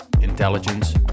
intelligence